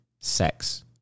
sex